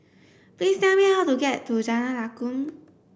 please tell me how to get to Jalan Lakum